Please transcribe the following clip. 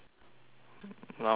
now is how long more